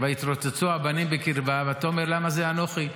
"ויתרֹצצו הבנים בקרבה ותאמר --- למה זה אנֹכי".